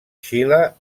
xile